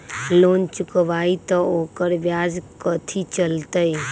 Loan चुकबई त ओकर ब्याज कथि चलतई?